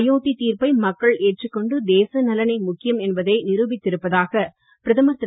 அயோத்தி தீர்ப்பை மக்கள் ஏற்றுக் கொண்டு தேச நலனே முக்கியம் என்பதை நிரூபித்திருப்பதாக பிரதமர் திரு